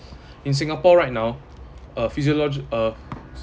in singapore right now uh physiologi~ uh